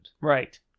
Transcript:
Right